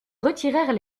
retirèrent